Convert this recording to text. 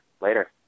Later